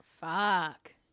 Fuck